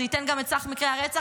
זה ייתן גם את סך מקרי הרצח,